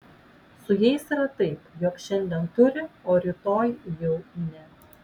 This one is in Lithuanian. su jais yra taip jog šiandien turi o rytoj jau ne